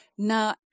Now